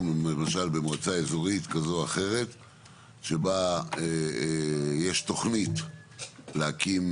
למשל במועצה אזורית כזו או אחרת שבה יש תכנית להקים